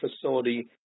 facility